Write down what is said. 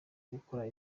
gukora